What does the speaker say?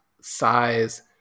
size